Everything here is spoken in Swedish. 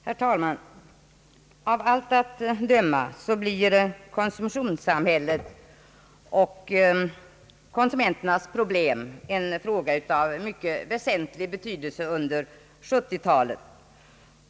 Herr talman! Av allt att döma blir konsumtionssamhället och konsumenternas problem en fråga av mycket väsentlig betydelse under 70-talet.